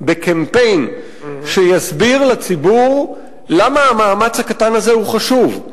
בקמפיין שיסביר לציבור למה המאמץ הקטן הזה הוא חשוב,